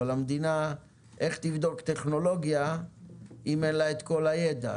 אבל איך המדינה תבדוק טכנולוגיה אם אין לה כל הידע?